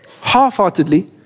Half-heartedly